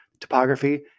topography